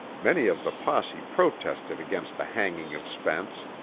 many of the posse protested against the hanging of spence,